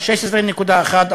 16.1%,